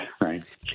Right